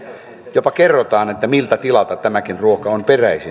jopa kerrotaan miltä tilalta tämäkin ruoka on peräisin eli